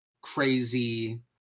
crazy